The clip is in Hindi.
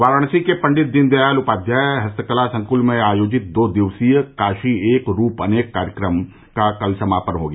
वाराणसी के पण्डित दीनदयाल उपाध्याय हस्तकला संकुल में आयोजित दो दिवसीय काशी एक रूप अनेक कार्यक्रम का कल समापन हो गया